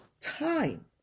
time